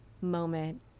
moment